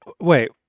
wait